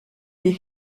les